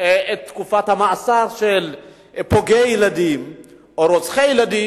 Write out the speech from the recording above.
את תקופת המאסר של הפוגעים בילדים או רוצחי ילדים,